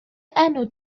enw